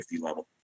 level